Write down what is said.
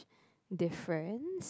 difference